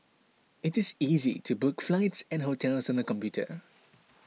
it is easy to book flights and hotels on the computer